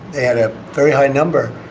and very high number.